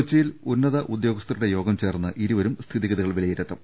കൊച്ചിയിൽ ഉന്നത ഉദ്യോഗസ്ഥരുടെ യോഗം ചേർന്ന് ഇരുവരും സ്ഥിതിഗതികൾ വില യിരുത്തും